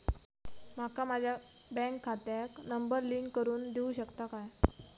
माका माझ्या बँक खात्याक नंबर लिंक करून देऊ शकता काय?